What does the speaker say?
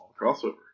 crossover